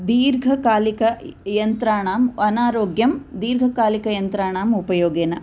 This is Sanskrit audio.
दीर्घकालिकयन्त्राणाम् अनारोग्यं दीर्घकालिकयन्त्राणाम् उपयोगेन